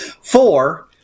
four